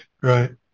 right